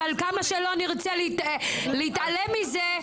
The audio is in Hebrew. אבל כמה שלא נרצה להתעלם מזה,